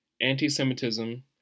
Anti-Semitism